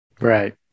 Right